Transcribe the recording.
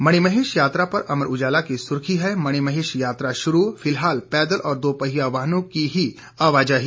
मणिमहेश यात्रा पर अमर उजाला की सुर्खी है मणिमहेश यात्रा शुरू फिलहाल पैदल और दोपहिया वाहनों की ही आवाजाही